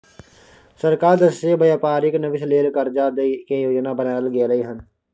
सरकार दिश से व्यापारिक निवेश लेल कर्जा दइ के योजना बनाएल गेलइ हन